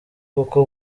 koko